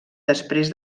després